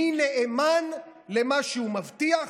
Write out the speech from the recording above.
מי נאמן למה שהוא מבטיח,